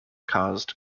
caused